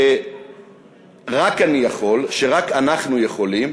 שרק אני יכול, שרק אנחנו יכולים,